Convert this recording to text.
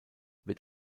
wird